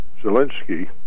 Zelensky